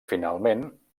finalment